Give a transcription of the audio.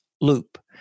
Loop